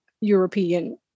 European